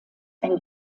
ein